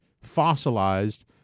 fossilized